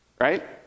right